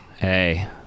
Hey